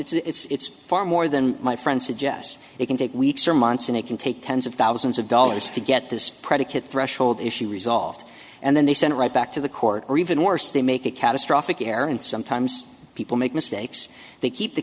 and it's far more than my friend suggests it can take weeks or months and it can take tens of thousands of dollars to get this predicate threshold issue resolved and then they sent right back to the court or even worse they make a catastrophic error and sometimes people make mistakes they keep the